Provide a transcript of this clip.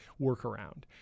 workaround